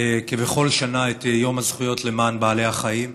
כבכל שנה, את יום הזכויות למען בעלי החיים,